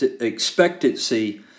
expectancy